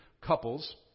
couples